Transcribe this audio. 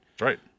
Right